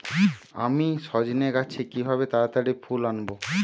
আমি সজনে গাছে কিভাবে তাড়াতাড়ি ফুল আনব?